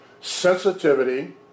Sensitivity